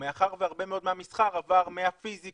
ומאחר והרבה מאוד מהמסחר עבר מהפיזי